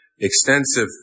extensive